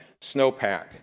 snowpack